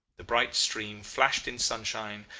the bright stream flashed in sunshine,